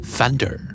Thunder